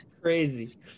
Crazy